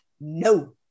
No